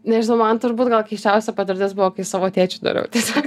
nežinau man turbūt gal keisčiausia patirtis buvo kai savo tėčiui dariau tiesiog